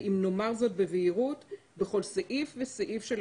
ואם נאמר זאת בבהירות: בכל סעיף וסעיף של